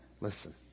Listen